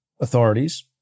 authorities